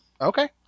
Okay